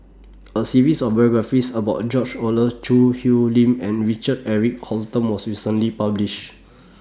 A series of biographies about George Oehlers Choo Hwee Lim and Richard Eric Holttum was recently published